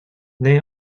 they